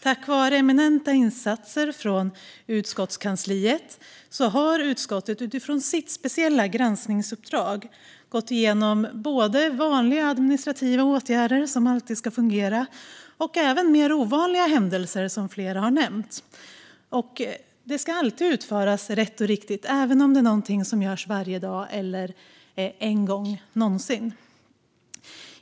Tack vare eminenta insatser från utskottskansliet har utskottet utifrån sitt speciella granskningsuppdrag gått igenom både vanliga administrativa åtgärder som alltid ska fungera och mer ovanliga händelser, som flera har nämnt. De ska alltid utföras rätt och riktigt även om det är någonting som utförs varje dag eller endast en gång.